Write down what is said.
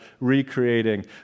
recreating